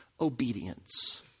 obedience